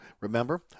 Remember